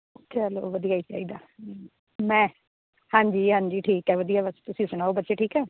ਚਲੋ ਵਧੀਆ ਚਾਹੀਦਾ ਮੈਂ ਹਾਂਜੀ ਹਾਂਜੀ ਠੀਕ ਹੈ ਵਧੀਆ ਬਸ ਤੁਸੀਂ ਸੁਣਾਓ ਬੱਚੇ ਠੀਕ ਹ